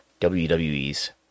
WWE's